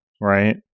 Right